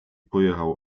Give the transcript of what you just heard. pojechał